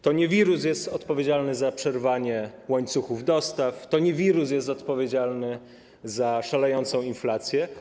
To nie wirus jest odpowiedzialny za przerwanie łańcuchów dostaw, to nie wirus jest odpowiedzialny za szalejącą inflację.